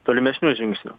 tolimesnių žingsnių